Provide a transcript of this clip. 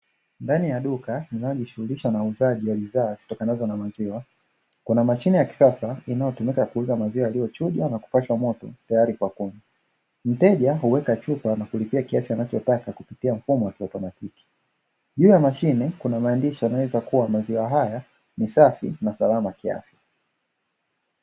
Ndani ya duka linalojishughulisha na uuzaji wa bidhaa zitokanazo na maziwa, kuna mashine ya kisasa inayotumika kuuza maziwa yaliyochujwa na kupashwa moto tayari kwa kunywa. Mteja huweka chupa na kulipia kiasi anachotaka kupitia mfumo wa kiautomatiki, juu ya mashine kuna maandishi yanayoeleza kuwa maziwa ni safi na salama kwa afya.